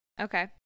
Okay